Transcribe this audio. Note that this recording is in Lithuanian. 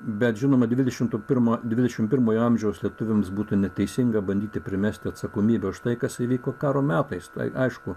bet žinoma dvidešimt pirmo dvidešimt pirmojo amžiaus lietuviams būtų neteisinga bandyti primesti atsakomybę už tai kas įvyko karo metais tai aišku